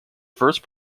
first